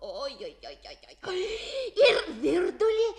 oi oi oi ir virdulį